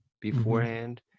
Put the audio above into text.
beforehand